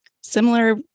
similar